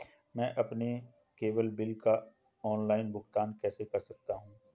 मैं अपने cable bill का ऑनलाइन भुगतान कैसे कर सकता हूं?